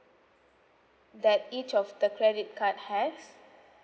that each of the credit card has